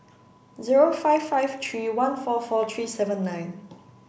zero five five three one four four three seven nine